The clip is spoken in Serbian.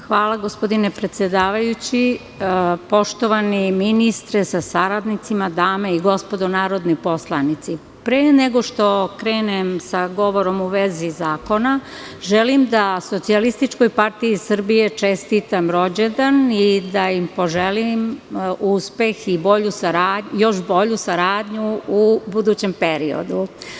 Hvala, gospodine predsedavajući, poštovani ministre sa saradnicima, dame i gospodo narodni poslanici, pre nego što krenem sa govorom u vezi zakona, želim da SPS čestitam rođendan i da im poželim uspeh i još bolju saradnju u budućem periodu.